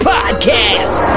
Podcast